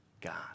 God